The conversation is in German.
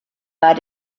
war